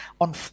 on